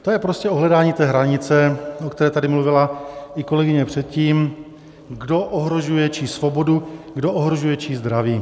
To je prostě o hledání té hranice, o které tady mluvila i kolegyně předtím, kdo ohrožuje čí svobodu, kdo ohrožuje čí zdraví.